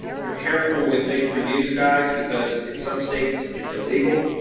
you're careful with fake reviews, guys, because in some states it's illegal.